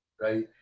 right